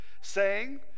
saying